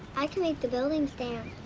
i can make the buildings dance.